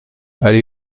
allée